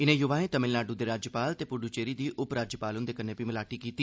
इनें युवाएं तमिलनाडू दे राज्यपाल ते पुड्डचेरी दी उप राज्यपाल हुन्दे कन्नै बी मलाटी कीती